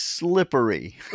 Slippery